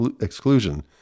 exclusion